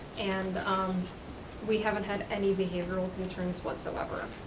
and um we haven't had any behavioral concerns whatsoever.